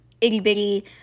itty-bitty